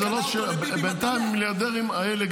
בינתיים המיליארדרים האלה,